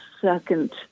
second